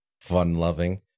fun-loving